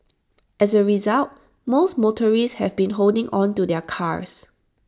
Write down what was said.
as A result most motorists have been holding on to their cars